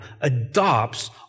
adopts